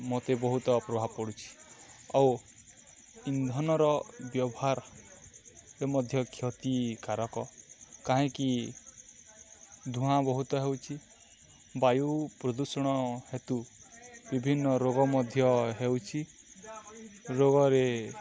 ମୋତେ ବହୁତ ପ୍ରଭାବ ପଡ଼ୁଛି ଆଉ ଇନ୍ଧନର ବ୍ୟବହାରରେ ମଧ୍ୟ କ୍ଷତିକାରକ କାହିଁକି ଧୂଆଁ ବହୁତ ହେଉଛି ବାୟୁ ପ୍ରଦୂଷଣ ହେତୁ ବିଭିନ୍ନ ରୋଗ ମଧ୍ୟ ହେଉଛି ରୋଗରେ